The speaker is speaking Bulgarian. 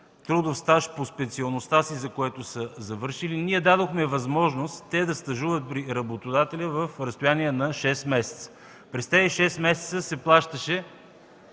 трудов стаж по специалността си, която са завършили, ние даваме възможност те да стажуват при работодателя в разстояние на 6 месеца. През тези 6 месеца се плащаше